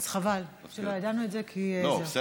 אז חבל שלא ידענו את זה, כי זה לא רשום ככה.